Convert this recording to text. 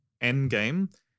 Endgame